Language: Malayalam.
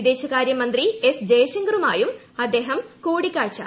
വിദേശകാരൃമന്ത്രി എസ് ജയശങ്കറുമായും അദ്ദേഹം കൂടിക്കാഴ്ച നടത്തി